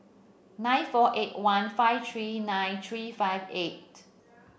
nine four eight one five three nine three five eight